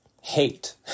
hate